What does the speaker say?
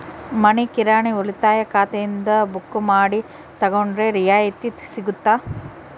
ಮನಿ ಕಿರಾಣಿ ಉಳಿತಾಯ ಖಾತೆಯಿಂದ ಬುಕ್ಕು ಮಾಡಿ ತಗೊಂಡರೆ ರಿಯಾಯಿತಿ ಸಿಗುತ್ತಾ?